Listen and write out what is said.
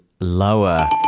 lower